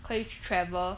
可以 travel